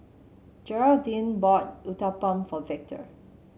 Gearldine bought Uthapam for Victor